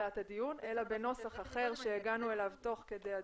בתחילת הדיון אלא בנוסח אחר שהגענו אליו תוך כדי הדיון.